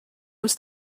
was